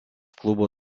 klubo